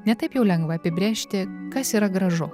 ne taip jau lengva apibrėžti kas yra gražu